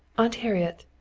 aunt harriet,